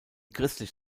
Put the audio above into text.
christlich